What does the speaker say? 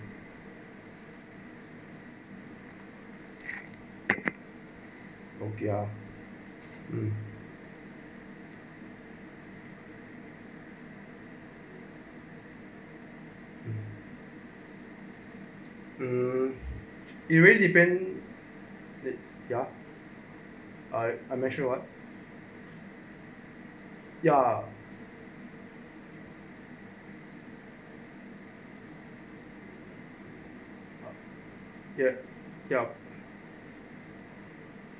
nokia mm mm mm you already depand ya I make sure what ya ya ya